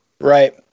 Right